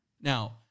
Now